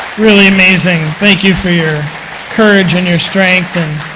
really amazing. thank you for your courage and your strength, and